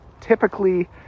typically